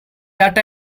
that